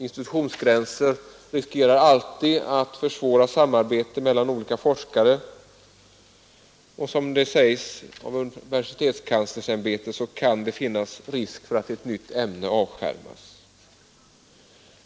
Institutionsgränser riskerar alltid att försvåra samarbetet mellan olika forskare, och, som universitetskanslersämbetet säger, det finns risk för att ett nytt ämne avskärmas.